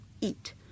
eat